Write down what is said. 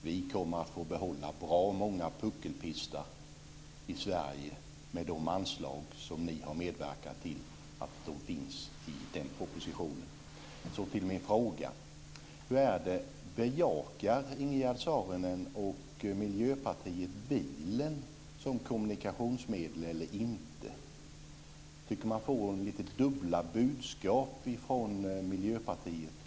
Vi kommer att få behålla bra många "puckelpistar" i Sverige med de anslag som ni har medverkat till i den propositionen. Miljöpartiet bilen som kommunikationsmedel eller inte? Jag tycker att vi får lite dubbla budskap från Miljöpartiet.